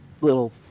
little